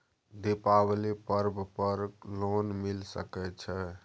दीपावली पर्व पर लोन मिल सके छै?